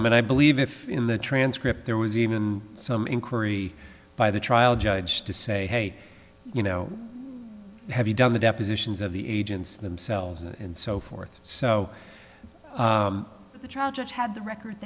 and i believe if in the transcript there was even some inquiry by the trial judge to say hey you know have you done the depositions of the agents themselves and so forth so the trial judge had the record